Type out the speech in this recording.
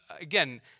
again